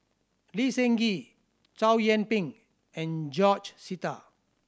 Lee Seng Gee Chow Yian Ping and George Sita